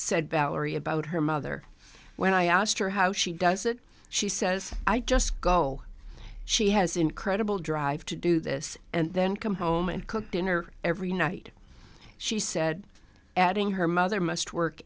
said valerie about her mother when i asked her how she does it she says i just goal she has incredible drive to do this and then come home and cook dinner every night she said adding her mother must work